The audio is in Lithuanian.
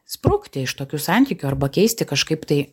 sprukti iš tokių santykių arba keisti kažkaip tai